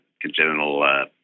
congenital